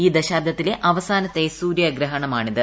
ഈ ദശാബ്ദത്തിലെ അവസാനത്തെ സൂര്യഗ്രഷ്ടണമാണിത്